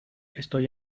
estoy